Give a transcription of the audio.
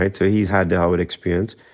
and so he's had the howard experience.